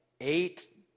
eight